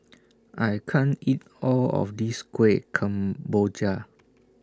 I can't eat All of This Kueh Kemboja